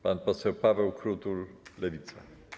Pan poseł Paweł Krutul, Lewica.